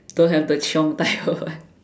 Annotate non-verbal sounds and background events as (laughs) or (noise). don't have the chiong type (laughs)